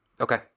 Okay